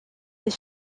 des